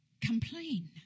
complain